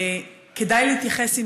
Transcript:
כדאי להתייחס,